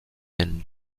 and